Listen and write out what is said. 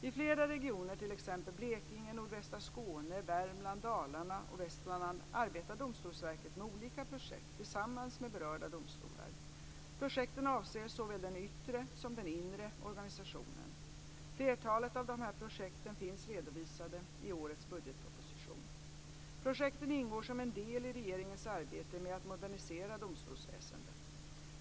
I flera regioner, t.ex. Blekinge, nordvästra Skåne, Värmland, Dalarna och Västmanland, arbetar Domstolsverket med olika projekt tillsammans med berörda domstolar. Projekten avser såväl den yttre som den inre organisationen. Flertalet av dessa projekt finns redovisade i årets budgetproposition. Projekten ingår som en del i regeringens arbete med att modernisera domstolsväsendet.